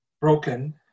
broken